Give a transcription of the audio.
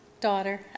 daughter